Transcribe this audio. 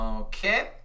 okay